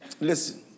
Listen